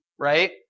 right